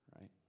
right